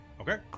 Okay